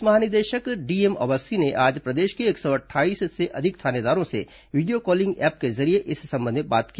police महानिदेशक DM Awasthi ने आज प्रदेश के एक सौ अट्ठाईस से अधिक थानेदारों से वीडियो कॉलिंग ऐप के जरिए इस संबंध में बात की